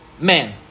man